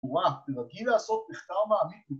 ‫וואו, זה רגיל לעשות ‫בכתב מאמיתי.